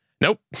Nope